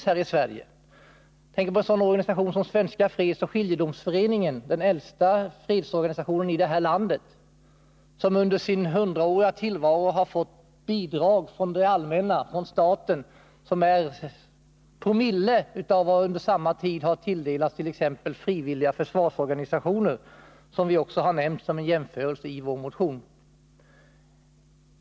Jag tänker då på en sådan organisation som Svenska Fredsoch Skiljedomsföreningen, den äldsta fredsorganisationen i det här landet, som under sin hundraåriga tillvaro från det allmänna, från staten, har fått bidrag som bara är någon promille av vad som under samma tid har tilldelats t.ex. de frivilliga försvarsorganisationer som vi också har nämnt som jämförelse i vår motion.